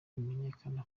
bimenyekana